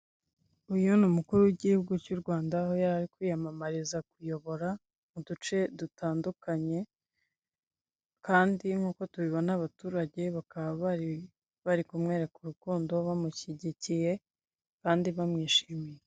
Uyu ni umukuru w'igihugu cy'u Rwanda aho yarari kwiyamamariza kuyobora uduce dutandukanye, kandi nk'uko tubibona abaturage bakaba bari kumwereka urukundo, bamushyigikiye kandi bamwishimiye.